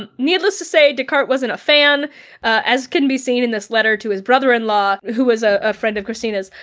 and needless to say, descartes wasn't a fan as can be seen in this letter to his brother in law, who was ah a friend of kristina's,